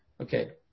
Okay